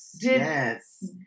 Yes